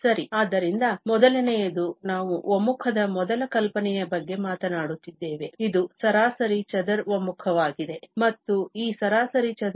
ಸರಿ ಆದ್ದರಿಂದ ಮೊದಲನೆಯದು ನಾವು ಒಮ್ಮುಖದ ಮೊದಲ ಕಲ್ಪನೆಯ ಬಗ್ಗೆ ಮಾತನಾಡುತ್ತಿದ್ದೇವೆ ಇದು ಸರಾಸರಿ ಚದರ ಒಮ್ಮುಖವಾಗಿದೆ ಮತ್ತು ಈ ಸರಾಸರಿ ಚದರ ಒಮ್ಮುಖವು ಅವಿಭಾಜ್ಯ ಅರ್ಥದಲ್ಲಿದೆ